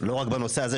לא רק בנושא הזה,